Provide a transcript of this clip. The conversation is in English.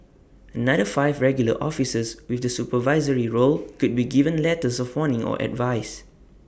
another five regular officers with the supervisory roles could be given letters of warning or advice